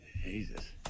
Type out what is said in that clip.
Jesus